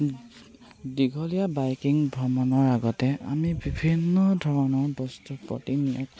দীঘলীয়া বাইকিং ভ্ৰমণৰ আগতে আমি বিভিন্ন ধৰণৰ বস্তুৰ